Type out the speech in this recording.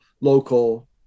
local